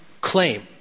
claim